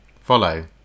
Follow